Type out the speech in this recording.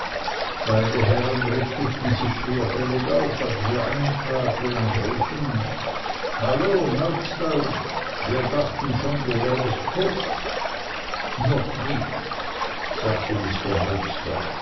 beide herren richteten sich schwerfällig auf als wir eintraten und riefen hallo murdstone wir dachten schon du wärest tot noch nicht sagte